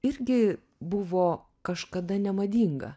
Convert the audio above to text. irgi buvo kažkada nemadinga